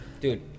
Dude